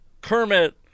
Kermit